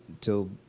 till